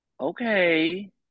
Okay